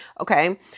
Okay